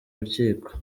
rukiko